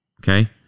Okay